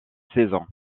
saison